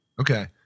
Okay